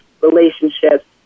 relationships